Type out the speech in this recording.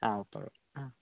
ആ ഓക്കേ ആ